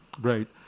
Right